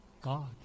God